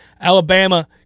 Alabama